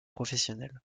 professionnels